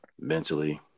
mentally